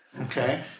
okay